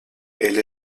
elle